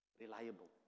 Reliable